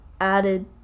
added